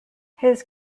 his